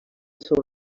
seu